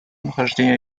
нахождения